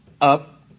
up